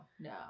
no